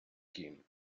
king